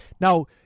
now